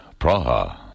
Praha